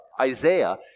Isaiah